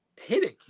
hitting